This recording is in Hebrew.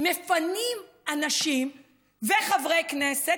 מפנים אנשים וחברי כנסת,